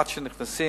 עד שהם נכנסים,